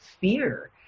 fear